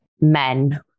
men